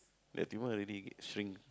ya tumour already shrink